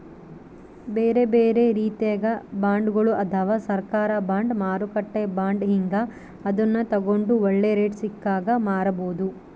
ಬೇರೆಬೇರೆ ರೀತಿಗ ಬಾಂಡ್ಗಳು ಅದವ, ಸರ್ಕಾರ ಬಾಂಡ್, ಮಾರುಕಟ್ಟೆ ಬಾಂಡ್ ಹೀಂಗ, ಅದನ್ನು ತಗಂಡು ಒಳ್ಳೆ ರೇಟು ಸಿಕ್ಕಾಗ ಮಾರಬೋದು